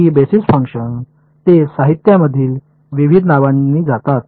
तर ही basis function ते साहित्यामधील विविध नावांनी जातात